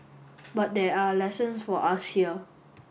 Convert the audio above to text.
but there are lessons for us here